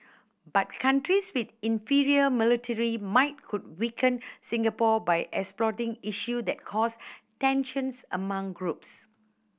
but countries with inferior military might could weaken Singapore by exploiting issue that cause tensions among groups